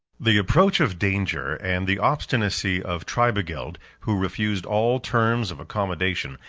the approach of danger, and the obstinacy of tribigild, who refused all terms of accommodation,